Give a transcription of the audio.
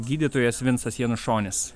gydytojas vincas janušonis